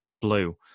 blue